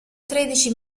tredici